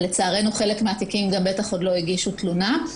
ולצערנו, חלק מהתיקים גם בטח עוד לא הגישו תלונה.